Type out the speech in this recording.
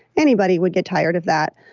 anybody would get tired of that.